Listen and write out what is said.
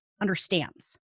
understands